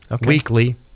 weekly